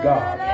God